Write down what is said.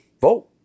vote